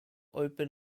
open